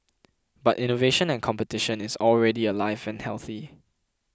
but innovation and competition is already alive and healthy